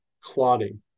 clotting